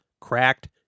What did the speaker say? Cracked